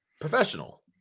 professional